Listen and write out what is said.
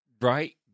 Right